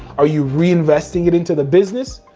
are you reinvesting it into the business,